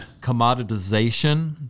commoditization